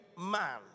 man